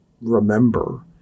remember